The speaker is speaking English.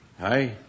Hi